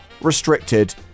restricted